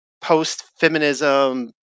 post-feminism